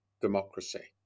democracy